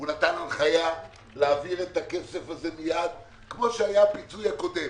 והוא נתן הנחיה להעביר את הכסף הזה מיד כמו שהיה הפיצוי הקודם.